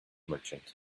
merchant